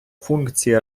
функції